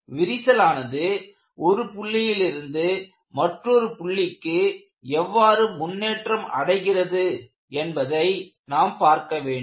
எனவே விரிசலானது ஒரு புள்ளியில் இருந்து மற்றொரு புள்ளிக்கு எவ்வாறு முன்னேற்றம் அடைகிறது என்பதை நாம் பார்க்க வேண்டும்